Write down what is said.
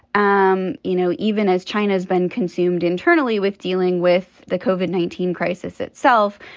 um you know, even as china has been consumed internally with dealing with the koven nineteen crisis itself,